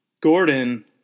Gordon